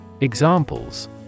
Examples